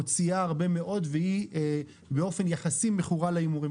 שמוציאה הרבה מאוד והיא באופן יחסי מכורה להימורים.